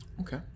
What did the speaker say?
Okay